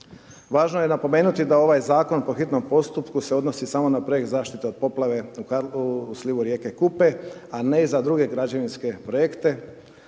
Važno je napomenuti da ovaj zakon po hitnom postupku se odnosi samo na projekt zaštite od poplave u slivu rijeke Kupe, a ne za druge građevinske projekte.